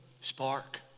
spark